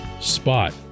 spot